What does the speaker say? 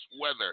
weather